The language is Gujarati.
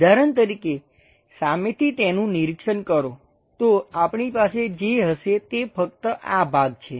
ઉદાહરણ તરીકે સામેથી તેનું નિરીક્ષણ કરો તો આપણી પાસે જે હશે તે ફક્ત આ ભાગ છે